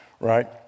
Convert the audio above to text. right